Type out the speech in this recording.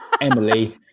Emily